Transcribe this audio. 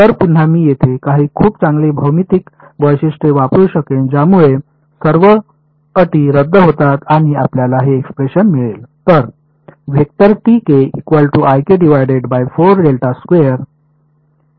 तर पुन्हा मी येथे काही खूप चांगली भौमितिक वैशिष्ट्ये वापरू शकेन ज्यामुळे सर्व अटी रद्द होतात आणि आपल्याला हे एक्सप्रेशन मिळेल